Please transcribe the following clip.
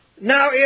Now